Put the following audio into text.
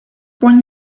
born